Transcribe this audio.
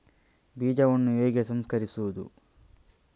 ಬೀಜವನ್ನು ಹೇಗೆ ಸಂಸ್ಕರಿಸುವುದು?